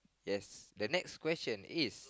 yes the next question is